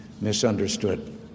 misunderstood